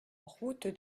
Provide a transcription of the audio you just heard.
route